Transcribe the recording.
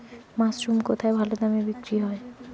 Mushroom কেথায় ভালোদামে বিক্রয় হয়?